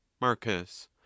Marcus